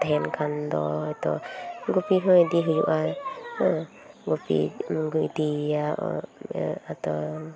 ᱠᱚ ᱛᱟᱦᱮᱱ ᱠᱷᱟᱱ ᱫᱚ ᱦᱚᱭᱛᱚ ᱜᱩᱯᱤ ᱦᱚᱸ ᱤᱫᱤᱭ ᱦᱩᱭᱩᱜᱼᱟ ᱦᱮᱸ ᱜᱩᱯᱤ ᱜᱩᱯᱤᱢ ᱤᱫᱤᱭᱭᱟ ᱟᱫᱚ